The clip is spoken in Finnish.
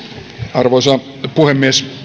arvoisa puhemies